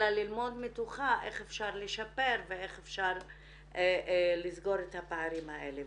אלא ללמוד מתוכה איך אפשר לשפר ואיך אפשר לסגור את הפערים האלה.